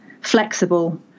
flexible